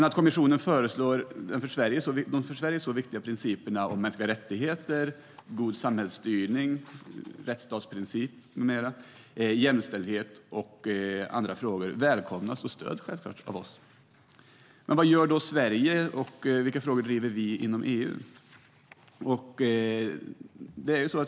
Att kommissionen föreslår de för Sverige så viktiga principerna om mänskliga rättigheter, god samhällsstyrning med rättsstatsprincip med mera, jämställdhet och andra principer välkomnas och stöds självklart av oss. Vad gör då Sverige, och vilka frågor driver vi inom EU?